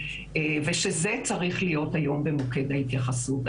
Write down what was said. ושזה צריך להיות היום במוקד ההתייחסות.